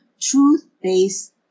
truth-based